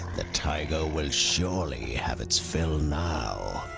the tiger will surely have its fill now.